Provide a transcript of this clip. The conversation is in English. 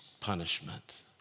punishment